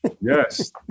Yes